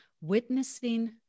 Witnessing